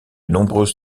nombreuses